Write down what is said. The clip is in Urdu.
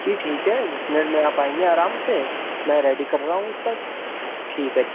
جی ٹھیک ہے دس منٹ میں آپ آئیں گے آرام سے میں ریڈی کر رہا ہوں تب تک ٹھیک ہے